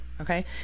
Okay